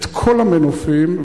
כל המנופים,